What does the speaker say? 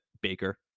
Baker